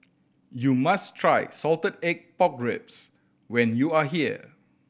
you must try salted egg pork ribs when you are here